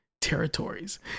territories